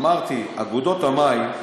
אמרתי אגודות המים,